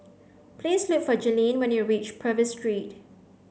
please look for Jaylene when you reach Purvis Street